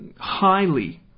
highly